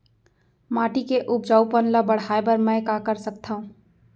माटी के उपजाऊपन ल बढ़ाय बर मैं का कर सकथव?